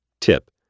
Tip